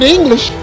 English